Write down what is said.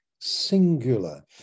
singular